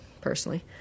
personally